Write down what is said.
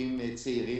אנשים צעירים,